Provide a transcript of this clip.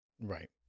Right